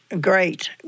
great